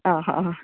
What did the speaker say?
હાં હાં